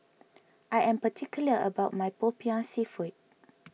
I am particular about my Popiah Seafood